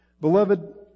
Beloved